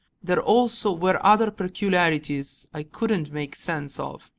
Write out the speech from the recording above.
there also were other peculiarities i couldn't make sense of.